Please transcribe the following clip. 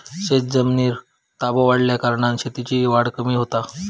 शेतजमिनीर ताबो वाढल्याकारणान शेतीची वाढ कमी होता